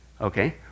okay